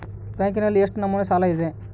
ಬ್ಯಾಂಕಿನಲ್ಲಿ ಎಷ್ಟು ನಮೂನೆ ಸಾಲ ಇದೆ?